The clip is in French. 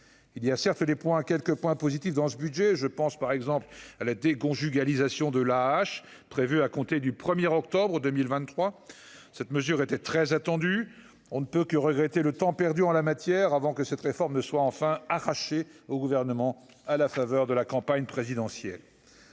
des points à quelques points positifs dans ce budget, je pense par exemple à la déconjugalisation de la H prévu à compter du premier octobre 2023, cette mesure était très attendue, on ne peut que regretter le temps perdu en la matière avant que cette réforme soit enfin arraché au gouvernement, à la faveur de la campagne présidentielle,